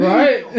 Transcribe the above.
Right